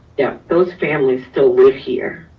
yeah those families still lived here.